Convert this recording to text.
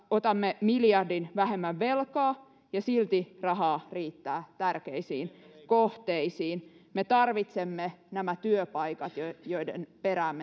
otamme miljardin vähemmän velkaa ja silti rahaa riittää tärkeisiin kohteisiin me tarvitsemme nämä työpaikat joiden joiden perään